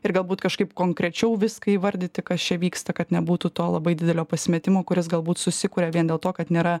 ir galbūt kažkaip konkrečiau viską įvardyti kas čia vyksta kad nebūtų to labai didelio pasimetimo kuris galbūt susikuria vien dėl to kad nėra